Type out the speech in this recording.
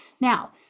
Now